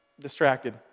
distracted